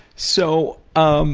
so um